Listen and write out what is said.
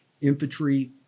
infantry